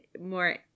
more